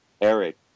Eric